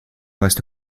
reste